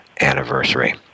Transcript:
anniversary